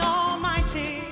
almighty